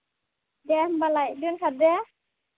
दे होमबालाय दोनथ'दो